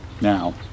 Now